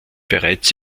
bereits